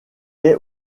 est